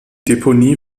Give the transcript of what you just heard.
deponie